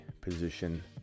position